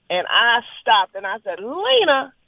and i stopped. and i said, lena?